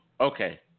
Okay